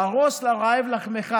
פרֹס לרעב לחמך.